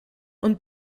und